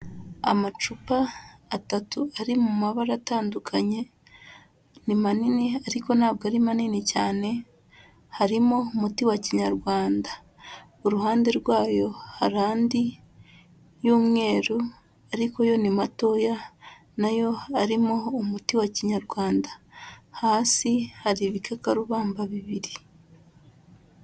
Amacupa atatu ari mu mabara atandukanye, ni manini ariko ntabwo ari manini cyane, harimo umuti wa kinyarwanda. Iruhande rwayo hari andi y'umweru ariko yo ni matoya na yo arimo umuti wa kinyarwanda. Hasi hari ibikakarubamba bibiri.